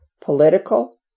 political